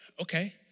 okay